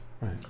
right